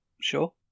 sure